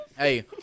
Hey